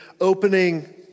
opening